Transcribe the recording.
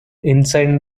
inside